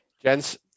Gents